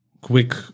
quick